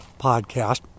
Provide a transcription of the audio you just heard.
podcast